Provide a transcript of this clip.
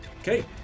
Okay